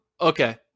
Okay